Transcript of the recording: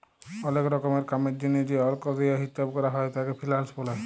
ওলেক রকমের কামের জনহে যে অল্ক দিয়া হিচ্চাব ক্যরা হ্যয় তাকে ফিন্যান্স ব্যলে